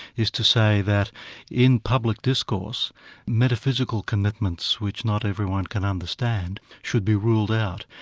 is to say that in public discourse metaphysical commitments, which not everyone can understand, should be ruled out,